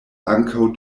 ankaŭ